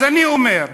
אז אני אומר: